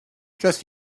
just